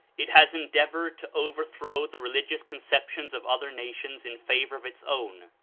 it has endeavored to over throw the religious conceptions of other nations in favor of its own,